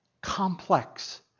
complex